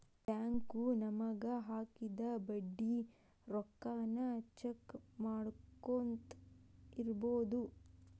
bank ನಮಗ ಹಾಕಿದ ಬಡ್ಡಿ ರೊಕ್ಕಾನ ಚೆಕ್ ಮಾಡ್ಕೊತ್ ಇರ್ಬೊದು